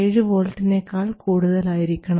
7 വോൾട്ടിനേക്കാൾ കൂടുതലായിരിക്കണം